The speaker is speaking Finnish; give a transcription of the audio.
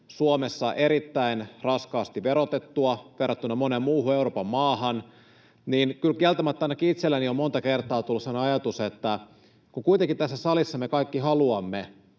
Suomessa erittäin raskaasti verotettua verrattuna moneen muuhun Euroopan maahan, ja kyllä kieltämättä ainakin itselläni on monta kertaa tullut sellainen ajatus, että kun kuitenkin tässä salissa me kaikki haluamme,